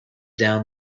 down